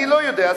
אני לא יודע,